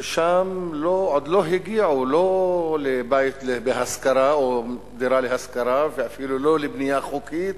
ששם עוד לא הגיעו לא לדירה להשכרה ואפילו לא לבנייה חוקית,